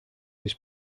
his